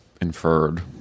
inferred